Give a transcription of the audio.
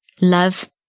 love